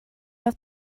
have